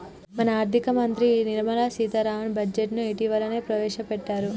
మన ఆర్థిక మంత్రి నిర్మల సీతారామన్ బడ్జెట్ను ఇటీవలనే ప్రవేశపెట్టారు